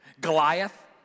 Goliath